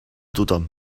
tothom